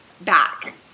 back